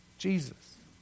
Jesus